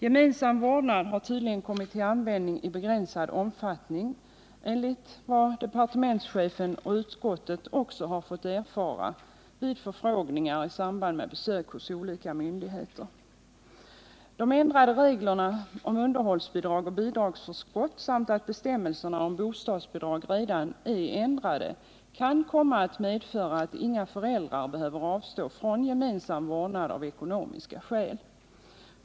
Gemensam vårdnad har tydligen kommit till användning i begränsad omfattning enligt vad departementschefen hävdar och enligt vad utskottet har fått erfara vid förfrågningar i samband med besök hos olika myndigheter. De ändrade reglerna om underhållsbidrag och bidragsförskott samt det förhållandet att bestämmelserna om bostadsbidrag redan är ändrade kan komma att medföra att inga föräldrar behöver avstå från gemensam vårdnad av ekonomiska skäl.